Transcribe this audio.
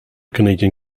canadian